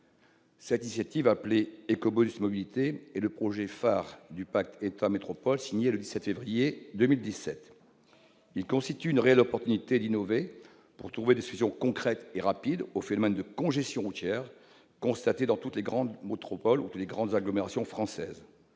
Cette initiative, appelée « écobonus-mobilité », est le projet phare du pacte État-métropole signé le 17 février 2017. Il s'agit d'une réelle occasion d'innover pour trouver des solutions concrètes et rapides aux phénomènes de congestion routière constatés dans toutes les grandes agglomérations françaises.